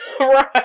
Right